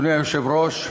אדוני היושב-ראש,